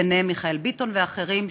וביניהם מיכאל ביטון ואחרים,